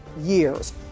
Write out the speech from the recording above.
years